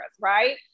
right